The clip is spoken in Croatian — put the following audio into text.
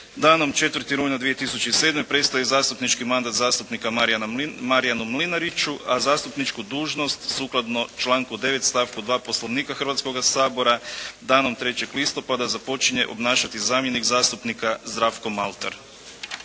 Danom 4. rujna 2007. prestaje zastupnički mandat zastupnika Marijanu Mlinariću, a zastupničku dužnost sukladno članku 9. stavku 2. Poslovnika Hrvatskoga sabora danom 3. listopada započinje obnašati zamjenik zastupnika Zdravko Maltar.